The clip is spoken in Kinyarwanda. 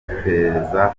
iperereza